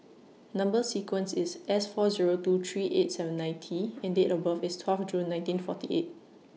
Number sequence IS S four Zero two three eight seven nine T and Date of birth IS twelve June nineteen forty eight